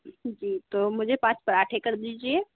जी तो मुझे पाँच पराठे कर दीजिए